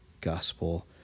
gospel